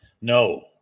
No